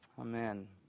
Amen